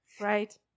right